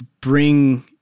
bring